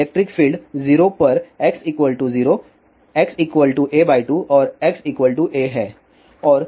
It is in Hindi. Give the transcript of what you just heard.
तो इलेक्ट्रिक फील्ड 0 पर x 0 x a 2 और x a है